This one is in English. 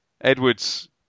Edwards